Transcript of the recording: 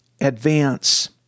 advance